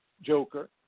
Joker